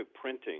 printing